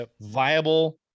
viable